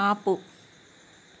ఆపు